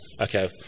Okay